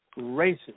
racist